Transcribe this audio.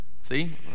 See